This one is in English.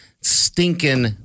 stinking